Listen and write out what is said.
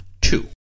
two